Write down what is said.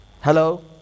Hello